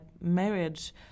marriage